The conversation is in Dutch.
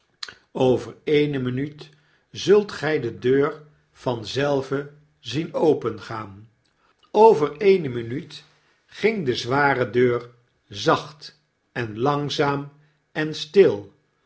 eene minuut zult gy de deur vanzelve zien opengaan over eene minuut ging de zware deur zacht en langzaam en stil